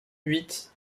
huit